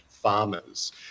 farmers